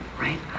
right